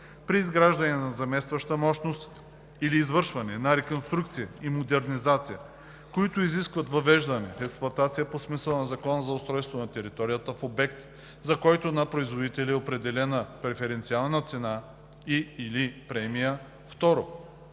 при изграждане на заместваща мощност или извършване на реконструкция и модернизация, които изискват въвеждане в експлоатация по смисъла на Закона на устройство на територията, в обект, за който на производителя е определена преференциална цена и/или премия; 2.